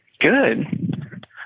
good